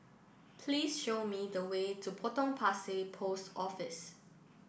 please show me the way to Potong Pasir Post Office